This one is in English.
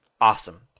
Awesome